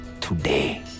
today